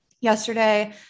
yesterday